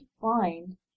find